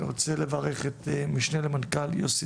אני רוצה לברך את המשנה למנכ"ל יוסי